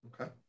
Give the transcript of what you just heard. Okay